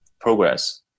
progress